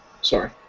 Sorry